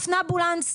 אופנמבולנס,